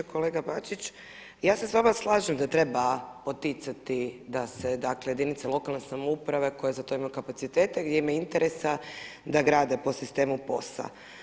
Kolega Bačić, ja se s vama slažem da treba poticati da se dakle jedinice lokalne samouprave koje za to imaju kapacitete, gdje ima interesa da grade po sistemu POS-a.